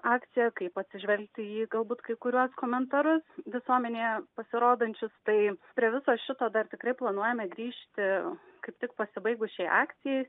akciją kaip atsižvelgti į galbūt kai kuriuos komentarus visuomenėje pasirodančius tai prie viso šito dar tikrai planuojame grįžti kaip tik pasibaigus šiai akcijai